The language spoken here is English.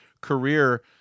career